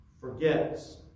forgets